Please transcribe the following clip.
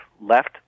left